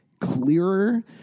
clearer